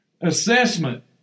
Assessment